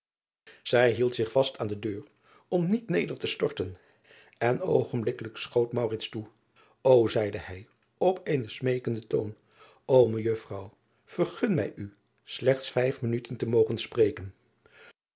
ij hield zich vast aan de deur om niet neder te storten en oogenblikkelijk schoot toe o zeide hij op een smeekenden toon o ejuffrouw vergun mij u slechts vijf minuten te mogen spreken